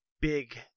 big